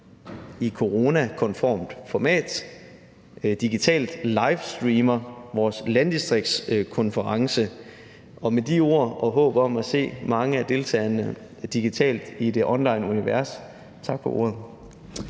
i coronavenligt format digitalt livestreamer vores landdistriktskonference. Og med de ord og i håb om at se mange af deltagerne digitalt i onlineuniverset vil jeg